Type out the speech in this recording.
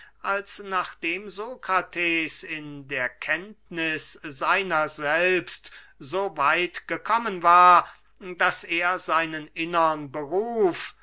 als nachdem sokrates in der kenntniß seiner selbst so weit gekommen war daß er seinen innern beruf